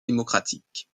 démocratiques